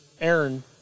Aaron